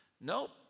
nope